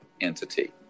entity